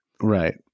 Right